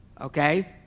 Okay